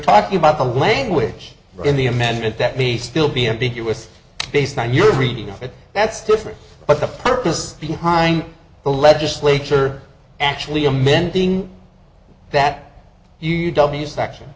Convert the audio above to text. talking about the language in the amendment that may still be ambiguous based on your reading of it that's different but the purpose behind the legislature actually amending that u w section